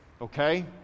Okay